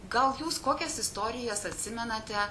gal jūs kokias istorijas atsimenate